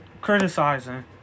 Criticizing